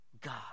God